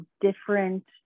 different